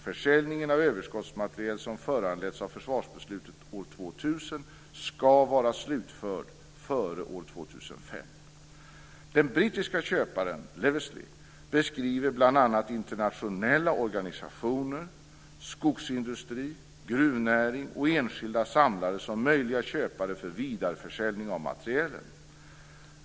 Försäljningen av överskottsmateriel som föranletts av försvarsbeslutet år 2000 ska vara slutförd före år Den brittiske köparen Leavesley beskriver bl.a. internationella organisationer, skogsindustri, gruvnäring och enskilda samlare som möjliga köpare vid vidareförsäljning av materielen.